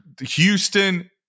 Houston